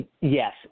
Yes